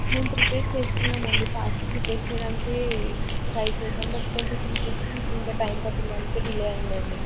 మేము ప్రిపేర్ చేస్తున్నామండి fast prepare చేయడానికే ట్రై చేసాం బట్ కొంచెం ఈ ఫుడ్కి ఇంత టైం పట్టింది అందుకే డిలే అయింది